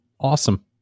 awesome